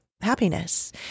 happiness